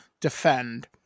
defend